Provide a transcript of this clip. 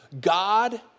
God